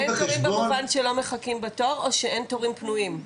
אין תורים במובן שלא מחכים בתור או שאין תורים פנויים?